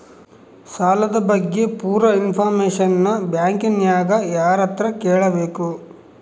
ಸಾಲದ ಬಗ್ಗೆ ಪೂರ ಇಂಫಾರ್ಮೇಷನ ಬ್ಯಾಂಕಿನ್ಯಾಗ ಯಾರತ್ರ ಕೇಳಬೇಕು?